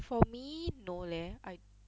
for me no leh I